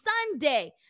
Sunday